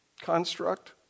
construct